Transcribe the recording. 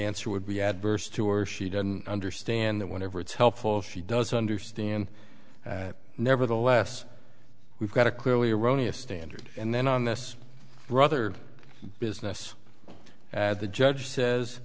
answer would be adverse to or she doesn't understand that whenever it's helpful she does understand nevertheless we've got a clearly erroneous standard and then on this brother business and the judge says